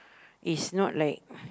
is not like